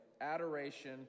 adoration